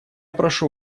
прошу